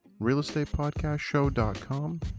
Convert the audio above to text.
realestatepodcastshow.com